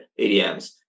ADMs